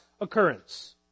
occurrence